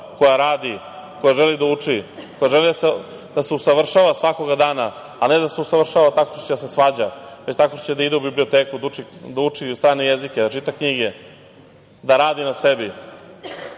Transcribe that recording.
koja radi, koja želi da uči, koja želi da se usavršava svakoga dana, a ne da se usavršava tako što će da se svađa, već tako što će da ide u biblioteku da uči strane jezike, da čita knjige, da radi na sebi.